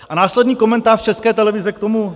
A následný komentář České televize k tomu?